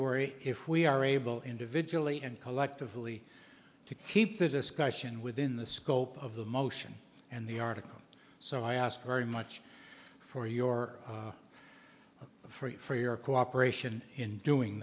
were if we are able individually and collectively to keep the discussion within the scope of the motion and the article so i ask very much for your for your cooperation in doing